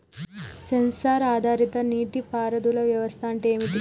Censor ఆధారిత నీటి పారుదల వ్యవస్థ అంటే ఏమిటి?